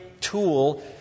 tool